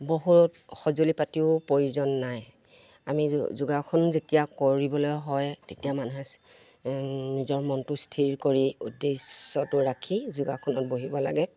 বহুত সঁজুলি পাতিও প্ৰয়োজন নাই আমি যোগাসন যেতিয়া কৰিবলৈ হয় তেতিয়া মানুহে নিজৰ মনটো স্থিৰ কৰি উদ্দেশ্যটো ৰাখি যোগাসনত বহিব লাগে